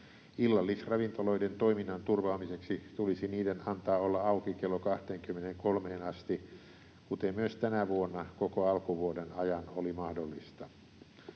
Illallisravintoloiden toiminnan turvaamiseksi niiden tulisi antaa olla auki kello 23:een, kuten myös tänä vuonna koko alkuvuoden ajan oli mahdollista.